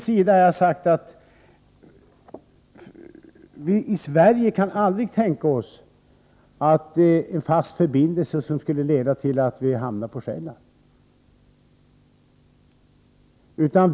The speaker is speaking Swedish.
Jag har sagt att vi i Sverige aldrig kan tänka oss en fast förbindelse som skulle leda till att vi hamnade på Själland.